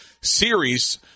series